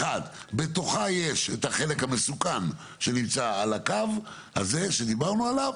בתוכה יש את החלק המסוכן שנמצא על הקו הזה שדיברנו עליו,